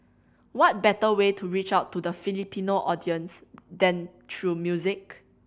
what better way to reach out to the Filipino audience than through music